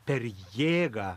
per jėgą